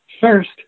First